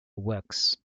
works